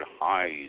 highs